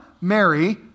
Mary